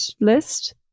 list